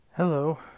Hello